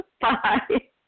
Bye